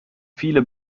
viele